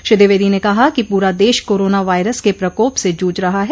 श्री द्विवेदी ने कहा कि पूरा देश कोरोना वायरस के प्रकोप से जूझ रहा है